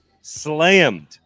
slammed